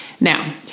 Now